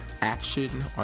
action